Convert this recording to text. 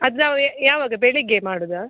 ಅದು ನಾವು ಯಾವಾಗ ಬೆಳಿಗ್ಗೆ ಮಾಡೋದಾ